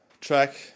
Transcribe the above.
track